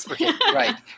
Right